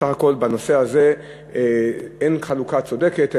בסך הכול בנושא הזה אין חלוקה צודקת,